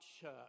church